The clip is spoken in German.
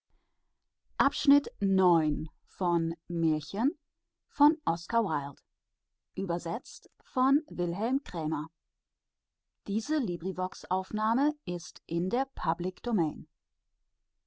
ist in der